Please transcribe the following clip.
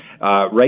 Right